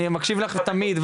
אני מקשיב לך תמיד,